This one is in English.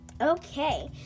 Okay